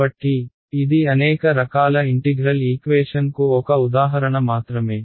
కాబట్టి ఇది అనేక రకాల ఇంటిగ్రల్ ఈక్వేషన్ కు ఒక ఉదాహరణ మాత్రమే